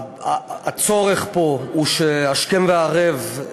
הצורך פה הוא כי השכם והערב,